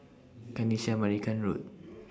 Kanisha Marican Road